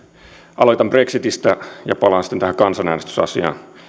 aloitan brexitistä ja palaan sitten tähän kansanäänestysasiaan